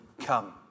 come